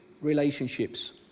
relationships